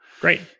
Great